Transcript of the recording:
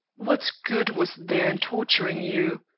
what good was there in torturing you?